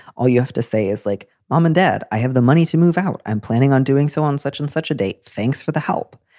all you have to say is like mom and dad. i have the money to move out. i'm planning on doing so on such and such a date. thanks for the help.